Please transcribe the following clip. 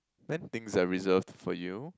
then things are reserved for you